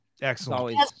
Excellent